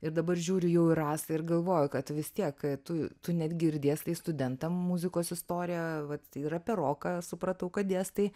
ir dabar žiūriu jau į rasą ir galvoju kad vis tiek tu tu netgi ir dėstai studentam muzikos istoriją vat ir apie roką supratau kad dėstai